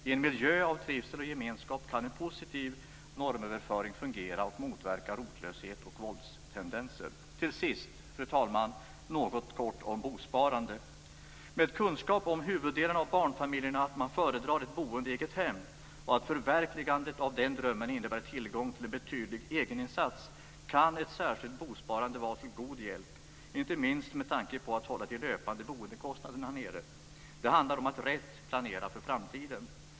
I en miljö av trivsel och gemenskap kan en positiv normöverföring fungera och motverka rotlöshet och våldstendenser. Fru talman! Till sist något om bosparande. Med kunskap om att huvuddelen av barnfamiljerna föredrar ett boende i eget hem och att förverkligandet av den drömmen innebär tillgång till betydlig egeninsats kan ett särskilt bosparande vara till hjälp, inte minst med tanke på att hålla de löpande boendekostnaderna nere. Det handlar om att rätt planera för framtiden.